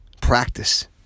Practice